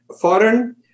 foreign